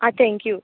आं थँक्यू